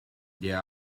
yeah